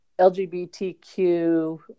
LGBTQ